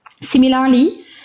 Similarly